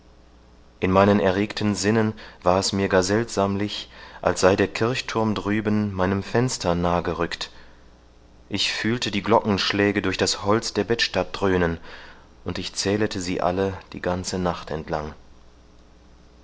in meinen erregten sinnen war es mir gar seltsamlich als sei der kirchthurm drüben meinem fenster nah gerückt ich fühlte die glockenschläge durch das holz der bettstatt dröhnen und ich zählete sie alle die ganze nacht entlang